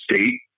state